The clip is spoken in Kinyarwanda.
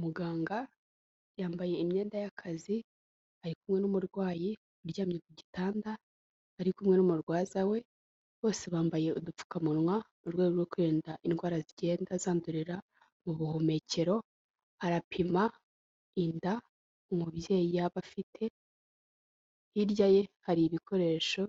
Muganga yambaye imyenda y'akazi. ari kumwe n'umurwayi uryamye ku gitanda ari kumwe n'umurwaza we, bose bambaye udupfukamunwa mu rwego rwo kwirinda indwara zigenda zandurira mu buhumekero, arapima inda umubyeyi yaba afite, hirya ye hari ibikoresho